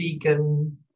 vegan